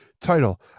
title